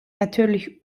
natürlich